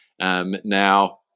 Now